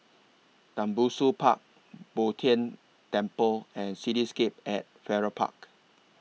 Tembusu Park Bo Tien Temple and Cityscape At Farrer Park